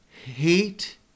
hate